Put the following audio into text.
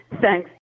Thanks